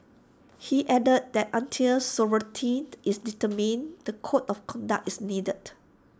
he added that until sovereignty is determined the code of conduct is needed